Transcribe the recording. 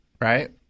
right